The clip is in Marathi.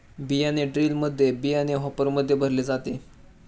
बियाणे ड्रिलमध्ये बियाणे हॉपरमध्ये भरले जाते